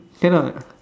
cannot